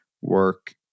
work